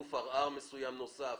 גוף ערר מסוים נוסף.